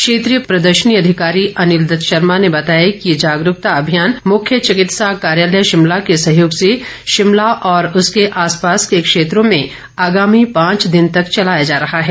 क्षेत्रीय प्रदर्शनी अधिकारी अनिल दत्त शर्मा ने बताया कि ये जागरूकता अभियान मुख्य चिकित्सा कार्यालय शिमला के सहयोग से शिमला और उसके आसपास के क्षेत्रों में आगामी पांच दिन तैक चलाया जा रहा है